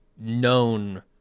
known